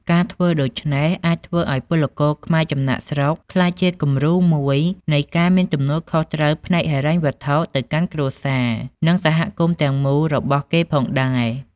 ការធ្វើដូច្នេះ អាចធ្វើឱ្យពលករខ្មែរចំណាកស្រុកក្លាយជាគំរូមួយនៃការមានទំនួលខុសត្រូវផ្នែកហិរញ្ញវត្ថុទៅកាន់គ្រួសារ និងសហគមន៍ទាំងមូលរបស់គេផងដែរ។